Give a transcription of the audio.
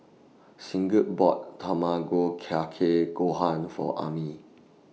Sigurd bought Tamago Kake Gohan For Amir